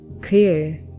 clear